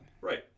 Right